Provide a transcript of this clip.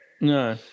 No